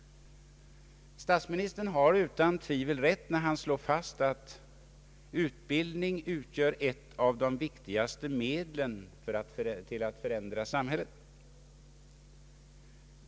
Statsministern har utan tvivel rätt, när han slår fast att ”utbildning utgör ett av de viktigaste medlen för att förändra samhället”.